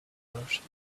merchant